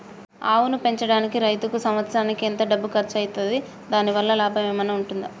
ఆవును పెంచడానికి రైతుకు సంవత్సరానికి ఎంత డబ్బు ఖర్చు అయితది? దాని వల్ల లాభం ఏమన్నా ఉంటుందా?